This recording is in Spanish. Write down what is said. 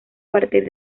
partir